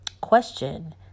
question